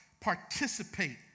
participate